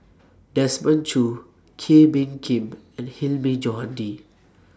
Desmond Choo Kee Bee Khim and Hilmi Johandi